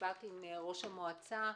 דיברתי עם ראש המועצה.